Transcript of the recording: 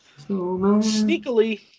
sneakily